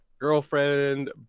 girlfriend